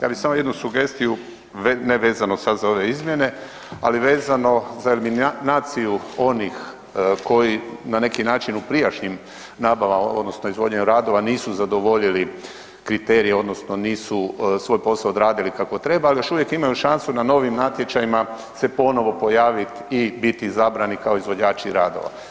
Ja bih samo jednu sugestiju, ne vezano sad za ove izmjene, ali vezano za eliminaciju onih koji na neki način u prijašnjim nabavama odnosno izvođenju radova nisu zadovoljili kriterije odnosno nisu svoj posao odradili kako treba, još uvijek imaju šansu na novim natječajima se ponovno pojaviti i biti izabrani kao izvođači radova.